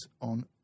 on